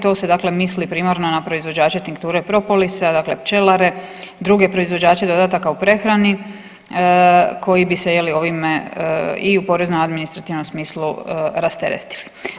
To se dakle misli primarno na proizvođače tinkture propolisa dakle pčelare i druge proizvođače dodataka u prehrani koji bi se ovime i u poreznom i u administrativnom smislu rasteretili.